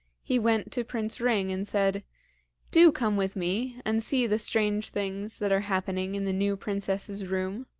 he went to prince ring and said do come with me and see the strange things that are happening in the new princess's room